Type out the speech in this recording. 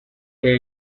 que